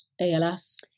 ALS